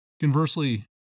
Conversely